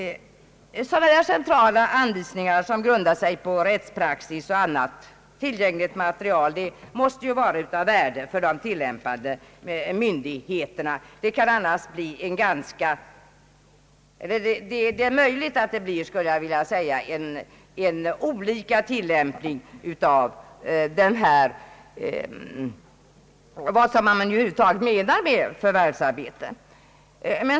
Sådana centrala anvisningar som grundar sig på rättspraxis och annat tillgängligt material måste vara av värde för de tillämpande myndigheterna. Det kan annars lätt bli olika uppfattningar om vad som menas med förvärvsarbete.